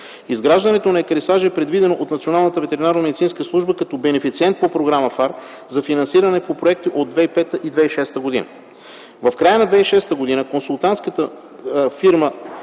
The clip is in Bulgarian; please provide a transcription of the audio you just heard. Изграждането на екарисажа е предвидено от Националната ветеринарномедицинска служба като бенефициент по програма ФАР за финансиране по проекти от 2005 и 2006 г.